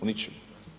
U ničemu.